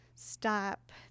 Stop